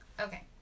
Okay